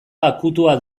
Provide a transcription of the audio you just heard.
akutua